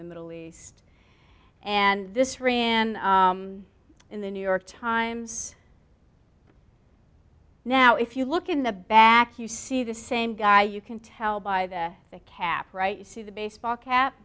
the middle east and this ran in the new york times now if you look in the back you see the same guy you can tell by the cap right you see the baseball ca